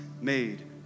made